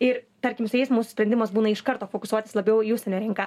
ir tarkim su jais mūsų sprendimas būna iš karto fokusuotis labiau į užsienio rinką